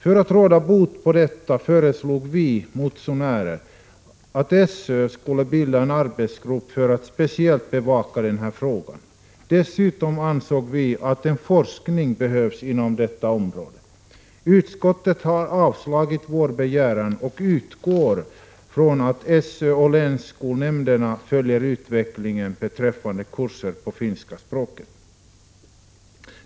För att råda bot på detta föreslog vi motionärer att SÖ skulle bilda en arbetsgrupp för att speciellt bevaka den här frågan. Dessutom ansåg vi att det behövdes forskning på detta område. Utskottet har avslagit vår begäran och utgår från att SÖ och länsskolnämnderna följer utvecklingen beträffande kurser på finska språket.